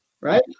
right